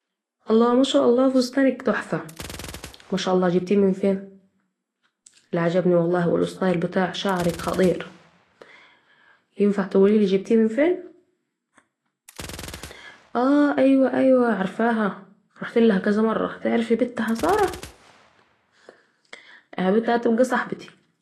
الله ماشاء الله فستنانك تحفه ماشاء الله جبتيه من فين؟ لا عجبني والله الاستايل بتاع شعرك خطير...ينفع تقوليلي جبتيه من فين ؟ آه أيوة أيوة عرفاها رحتلها كذه مره تعرفي بنتها ساره ؟ اه بتها تبقي صحبتي